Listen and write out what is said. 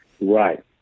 Right